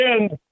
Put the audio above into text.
end